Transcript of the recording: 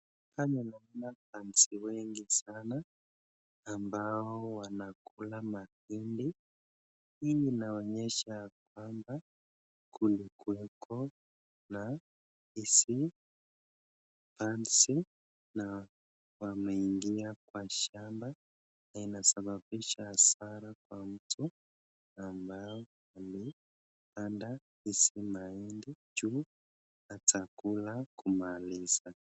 Hapa ninaona pansi wengi sana ambao wanakula mahindi. Hii inaonyesha kwamba kulikuweko na hizi pansi na wameingia kwa shamba na inasababisha hasara kwa mtu ambaye amepanda hizi mahindi juu atakula kumaliza.